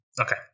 Okay